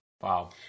Wow